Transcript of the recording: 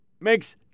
makes